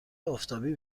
آفتابی